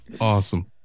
Awesome